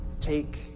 take